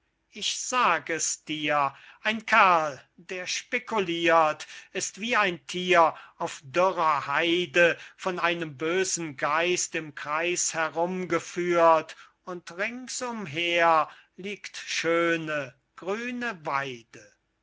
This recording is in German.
ich sag es dir ein kerl der speculirt ist wie ein thier auf dürrer heide von einem bösen geist im kreis herum geführt und rings umher liegt schöne grüne weide